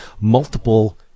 multiple